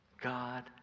God